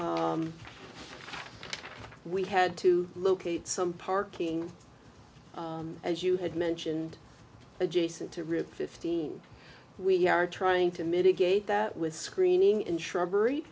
we had to locate some parking as you had mentioned adjacent to real fifteen we are trying to mitigate that with screening in shrubbery